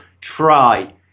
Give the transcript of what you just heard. try